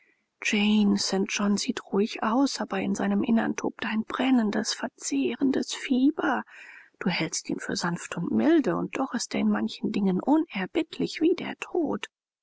st john sieht ruhig aus aber in seinem innern tobt ein brennendes verzehrendes fieber du hältst ihn für sanft und milde und doch ist er in manchen dingen unerbittlich wie der tod